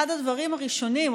אחד הדברים הראשונים,